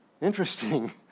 Interesting